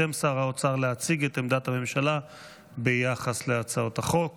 להציג את עמדת הממשלה ביחס להצעות החוק